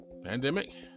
pandemic